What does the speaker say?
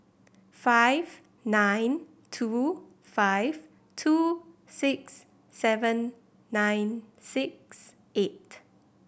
five nine two five two six seven nine six eight